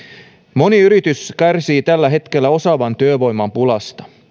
moni yritys kärsii tällä hetkellä osaavan työvoiman pulasta